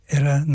era